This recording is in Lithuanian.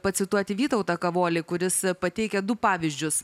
pacituoti vytautą kavolį kuris pateikia du pavyzdžius